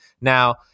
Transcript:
Now